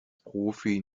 profi